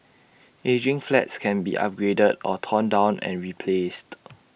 ageing flats can be upgraded or torn down and replaced